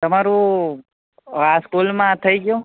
તમારું આ સ્કૂલમાં થઈ ગયું